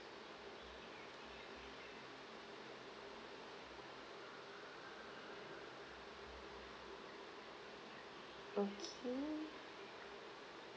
okay